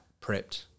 prepped